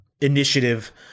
initiative